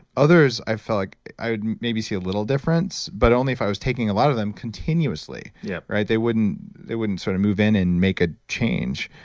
others, i felt like i would maybe see a little difference, but only if i was taking a lot of them continuously. yeah they wouldn't they wouldn't sort of move in and make ah change.